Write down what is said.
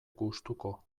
gustuko